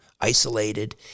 isolated